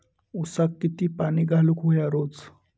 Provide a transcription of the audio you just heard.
ऊसाक किती पाणी घालूक व्हया रोज?